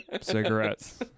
cigarettes